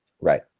Right